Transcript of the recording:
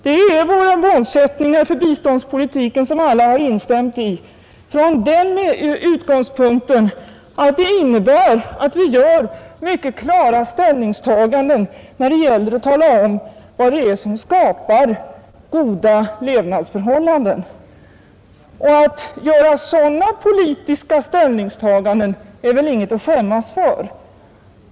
Det är alla våra målsättningar för biståndspolitiken — som alla instämt i — från den utgångspunkten, att de innebär att vi gör mycket klara ställningstaganden när det gäller att tala om vad det är som skapar goda levnadsförhållanden. Att göra sådana politiska ställningstaganden är väl inget att skämmas för?